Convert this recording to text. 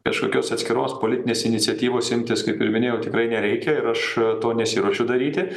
kažkokios atskiros politinės iniciatyvos imtis kaip ir minėjau tikrai nereikia ir aš to nesiruošiu daryti